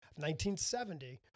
1970